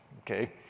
okay